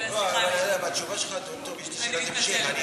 סליחה, סליחה, אתה יודע שיש שתי גרסאות לדבר הזה.